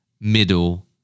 middle